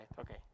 okay